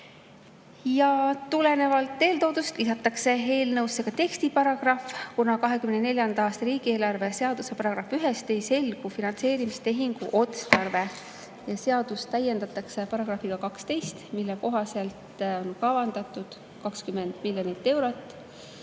Tulenevalt eeltoodust lisatakse eelnõusse ka tekstiparagrahv, kuna 2024. aasta riigieelarve seaduse §‑st 1 ei selgu finantseerimistehingu otstarve. Seadust täiendatakse §‑ga 12, mille kohaselt on kavandatud 20 miljonit eurot